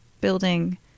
building